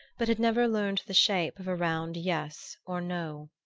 but had never learned the shape of a round yes or no.